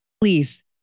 please